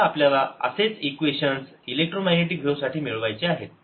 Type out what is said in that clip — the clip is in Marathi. आता आपल्याला असेच इक्वेशन्स इलेक्ट्रोमॅग्नेटिक व्हेव साठी मिळवायचे आहेत